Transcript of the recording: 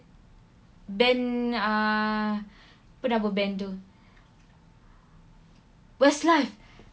band ah apa nama band tu westlife